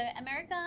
America